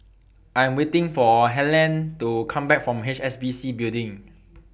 I'm waiting For Helene to Come Back from H S B C Building